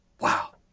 wow